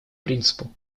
принципу